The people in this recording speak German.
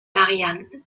varianten